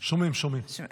שומעים, שומעים.